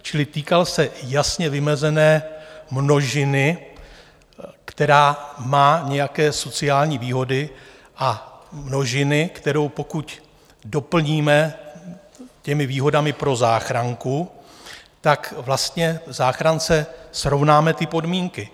Čili týkal se jasně vymezené množiny, která má nějaké sociální výhody, a množiny, kterou pokud doplníme těmi výhodami pro záchranku, tak vlastně záchrance srovnáme ty podmínky.